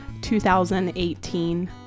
2018